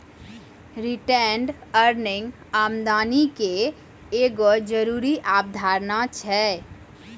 retained earning आमदनी के एगो जरूरी अवधारणा छै